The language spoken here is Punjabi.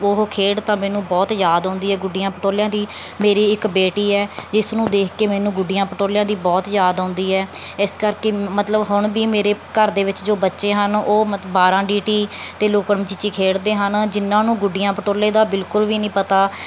ਉਹ ਖੇਡ ਤਾਂ ਮੈਨੂੰ ਬਹੁਤ ਯਾਦ ਆਉਂਦੀ ਹੈ ਗੁੱਡੀਆਂ ਪਟੋਲਿਆਂ ਦੀ ਮੇਰੀ ਇੱਕ ਬੇਟੀ ਹੈ ਜਿਸ ਨੂੰ ਦੇਖ ਕੇ ਮੈਨੂੰ ਗੁੱਡੀਆਂ ਪਟੋਲਿਆਂ ਦੀ ਬਹੁਤ ਯਾਦ ਆਉਂਦੀ ਹੈ ਇਸ ਕਰਕੇ ਮਤਲਬ ਹੁਣ ਵੀ ਮੇਰੇ ਘਰ ਦੇ ਵਿੱਚ ਜੋ ਬੱਚੇ ਹਨ ਉਹ ਬਾਰਾਂ ਗੀਟੀ ਅਤੇ ਲੁਕਣ ਮੀਚੀ ਖੇਡਦੇ ਹਨ ਜਿਹਨਾਂ ਨੂੰ ਗੁੱਡੀਆਂ ਪਟੋਲੇ ਦਾ ਬਿਲਕੁਲ ਵੀ ਨਹੀਂ ਪਤਾ